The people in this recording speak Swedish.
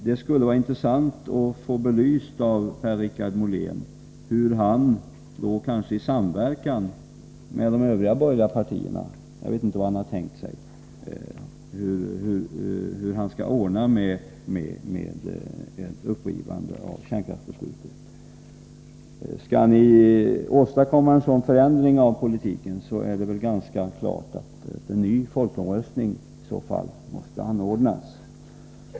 Det skulle vara intressant att av Per-Richard Molén få belyst hur moderaterna, kanske i samverkan med de övriga borgerliga partierna — jag vet inte hur han har tänkt sig — skall få till stånd ett upprivande av kärnkraftsbeslutet. Skall ni åstadkomma en sådan förändring av politiken är det väl ganska klart att en ny folkomröstning måste anordnas.